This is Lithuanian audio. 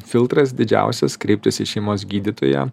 filtras didžiausias kreiptis į šeimos gydytoją